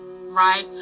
right